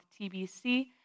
TBC